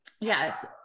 yes